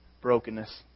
brokenness